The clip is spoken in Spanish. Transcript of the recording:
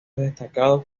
destacados